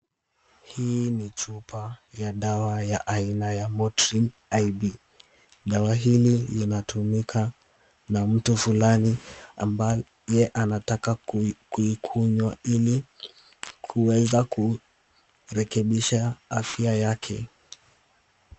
Hii ni chupa ya dawa ya aina ya Motrin ID. Dawa hili linatumika na mtu fulani ambaye anataka kuikunywa ili kuweza kurekebisha afya yake.